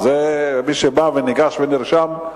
מי שבא וניגש ונרשם.